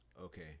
Okay